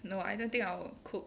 no I don't think I will cook